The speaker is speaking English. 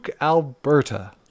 alberta